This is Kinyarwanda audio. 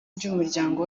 ry’umuryango